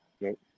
Nope